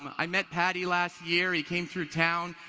i met paddy last year, he came through town,